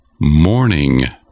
morning